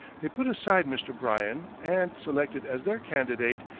they put aside mr. bryan and selected as their candidate,